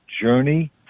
Journey